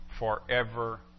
forever